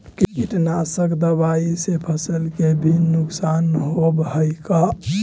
कीटनाशक दबाइ से फसल के भी नुकसान होब हई का?